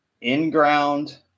in-ground